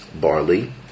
barley